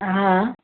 हा